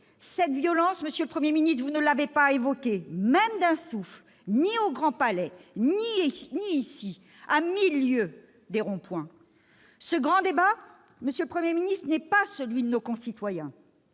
être considérés ? Cette violence, vous ne l'avez pas évoquée, même d'un souffle, ni au Grand Palais ni ici, à mille lieues des ronds-points. Ce grand débat, monsieur le Premier ministre, n'est pas celui de nos concitoyens.